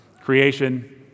creation